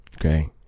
Okay